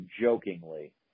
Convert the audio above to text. jokingly